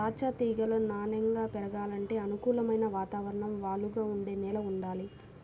దాచ్చా తీగలు నాన్నెంగా పెరగాలంటే అనుకూలమైన వాతావరణం, వాలుగా ఉండే నేల వుండాలి